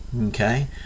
okay